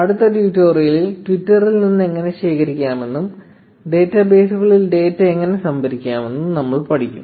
അടുത്ത ട്യൂട്ടോറിയലിൽ ട്വിറ്ററിൽ നിന്ന് എങ്ങനെ ശേഖരിക്കാമെന്നും ഡാറ്റാബേസുകളിൽ ഡാറ്റ എങ്ങനെ സംഭരിക്കാമെന്നും നമ്മൾ പഠിക്കും